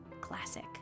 classic